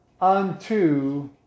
unto